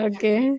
Okay